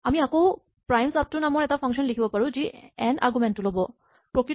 আকৌ আমি প্ৰাইমছআপটু নামৰ এটা ফাংচন লিখিব পাৰো যি এন আৰগুমেন্ট টো ল'ব